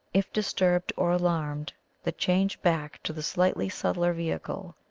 if disturbed or alarmed the change back to the slightly subtler vehicle,